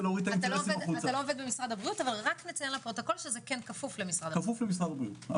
אתה לא עובד במשרד הבריאות אבל נציין לפרוטוקול שזה כפוף משרד הבריאות.